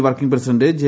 working president J